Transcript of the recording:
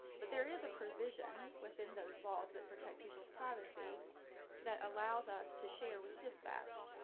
but there is a provision within those laws that protect people's privacy that allows us to share with dispatch.